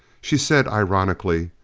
she said ironically,